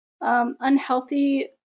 unhealthy